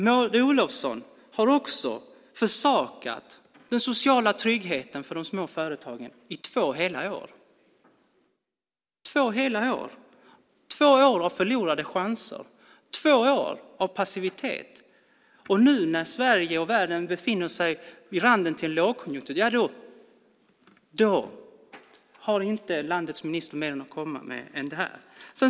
Maud Olofsson har också försakat den sociala tryggheten för de små företagen i två hela år. Det är två år av förlorade chanser och två år av passivitet. Nu när Sverige och världen står på randen till en lågkonjunktur har landets minister inte mer att komma med än detta.